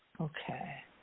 Okay